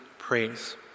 praise